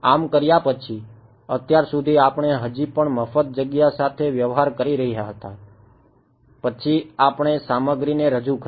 આમ કર્યા પછી અત્યાર સુધી આપણે હજી પણ મફત જગ્યા સાથે વ્યવહાર કરી રહ્યા હતા પછી આપણે સામગ્રીને રજૂ કરી